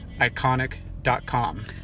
iconic.com